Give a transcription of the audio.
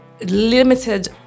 limited